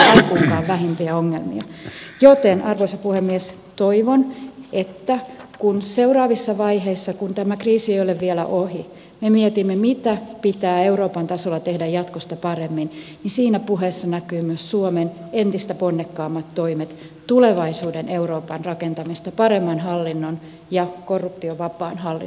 näin ollen arvoisa puhemies toivon että seuraavissa vaiheissa kun tämä kriisi ei ole vielä ohi me mietimme mitä pitää euroopan tasolla tehdä jatkossa paremmin ja että siinä puheessa näkyvät myös suomen entistä ponnekkaammat toimet tulevaisuuden euroopan rakentamisesta paremman hallinnon ja korruptiovapaan hallinnon puolesta